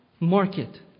Market